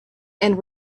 and